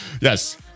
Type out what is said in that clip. yes